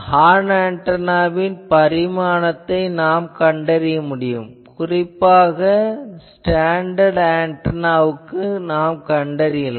horn ஆன்டெனாவின் பரிமாணத்தை நாம் கண்டறிய முடியும் குறிப்பாக ஸ்டாண்டர்ட் ஆன்டெனாவுக்கு கண்டறியலாம்